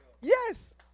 Yes